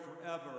forever